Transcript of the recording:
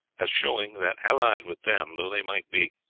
as showing that, allied with them though they might be,